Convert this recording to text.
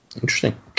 Interesting